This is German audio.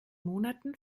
monaten